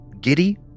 giddy